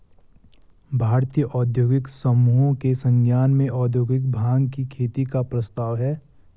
भारतीय औद्योगिक समूहों के संज्ञान में औद्योगिक भाँग की खेती का प्रस्ताव है